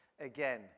again